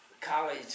college